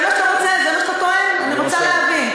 אדוני היושב-ראש, אני רוצה לדבר.